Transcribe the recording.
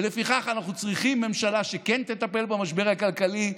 ולפיכך אנחנו צריכים ממשלה שכן תטפל במשבר הכלכלי.